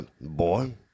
Boy